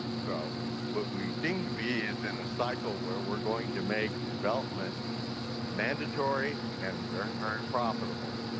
so what we seem to be is in a cycle where we are going to make development mandatory and very, very profitable.